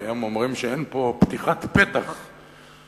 כי הם אומרים שאין פה פתיחת פתח לפתרון,